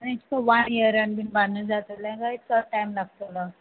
आनी येशकोन वन इयरा बीन जातोलें काय चड टायम लागतोलो